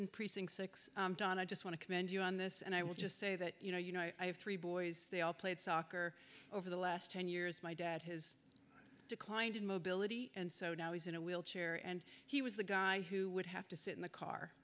in precinct six don i just want to commend you on this and i will just say that you know you know i have three boys they all played soccer over the last ten years my dad his declined in mobility and so now he's in a wheelchair and he was the guy who would have to sit in the car